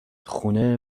خونه